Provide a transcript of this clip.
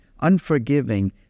unforgiving